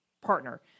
partner